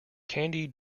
candy